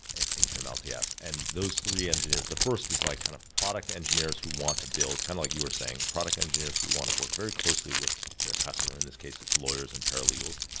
at atrium ah lts, and those three engineers the first is like kind of product engineers who want to build, kind of like you were saying, product engineers who want to work very closely with their customer, in this case, it's lawyers and paralegals,